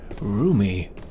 Roomy